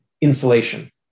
insulation